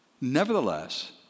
Nevertheless